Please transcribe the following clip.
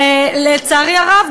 לצערי הרב,